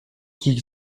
qui